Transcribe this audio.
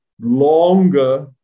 longer